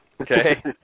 Okay